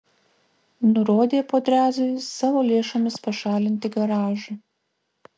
nurodė podrezui savo lėšomis pašalinti garažą